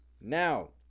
now